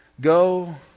Go